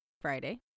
Friday